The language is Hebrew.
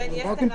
ביום שלישי,